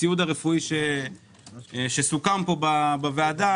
הציוד רפואי שסוכם פה בוועדה,